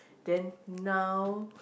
then now